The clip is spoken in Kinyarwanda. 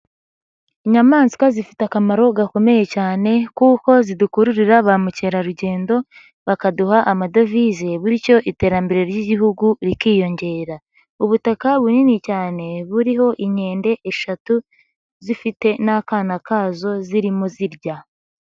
Inyamaswa zifite akamaro gakomeye cyane kuko zidukururira ba mukerarugendo bakaduha amadovize bityo iterambere ry'igihugu rikiyongera. Ubutaka bunini cyane buriho inkende eshatu zifite n'akana kazo zirimo zirya.